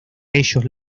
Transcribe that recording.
ellos